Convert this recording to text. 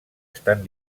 estan